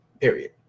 period